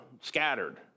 scattered